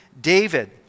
David